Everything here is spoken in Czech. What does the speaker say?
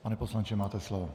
Pane poslanče, máte slovo.